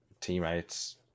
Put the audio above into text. teammates